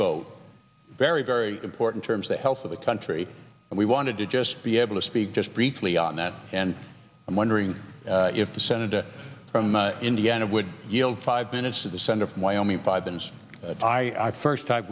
vote very very important terms the health of the country and we wanted to just be able to speak just briefly on that and i'm wondering if the senator from indiana would yield five minutes to the senator from wyoming